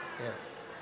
yes